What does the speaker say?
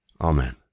Amen